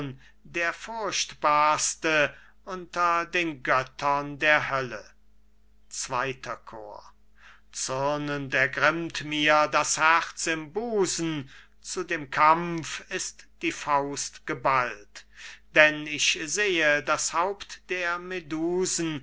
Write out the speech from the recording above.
der furchtbarste unter den göttern der hölle zweiter chor bohemund zürnend ergrimmt mir das herz im busen zu dem kampf ist die faust geballt denn ich sehe das haupt der